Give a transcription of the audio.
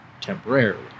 temporarily